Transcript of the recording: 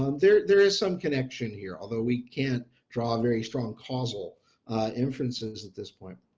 um there there is some connection here although we can't draw very strong causal inferences at this point.